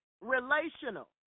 relational